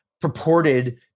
purported